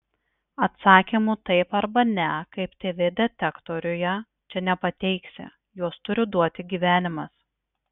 atsakymų taip arba ne kaip tv detektoriuje čia nepateiksi juos turi duoti gyvenimas